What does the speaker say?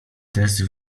test